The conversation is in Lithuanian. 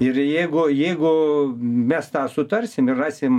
ir jeigu jeigu mes tą sutarsim ir rasim